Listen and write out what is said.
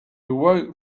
awoke